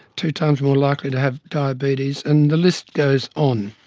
two times more likely to have diabetes, and the list goes on.